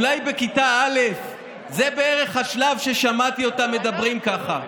אולי בכיתה א'; זה בערך השלב ששמעתי אותם מדברים ככה.